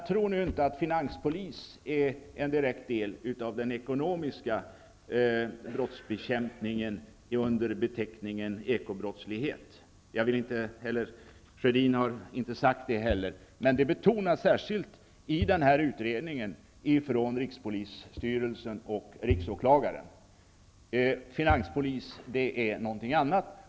Tro inte att finanspolisen utgör en direkt del av den ekonomiska brottsbekämpningen under beteckningen ekobrottslighet. Karl Gustaf Sjödin har heller inte sagt det. Men det betonas särskilt i riksåklagarens och rikspolisstyrelsens utredning att finanspolisen är någonting annat.